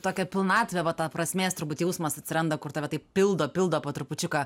tokią pilnatvę va tą prasmės turbūt jausmas atsiranda kur tave taip pildo pildo po trupučiuką